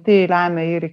tai lemia ir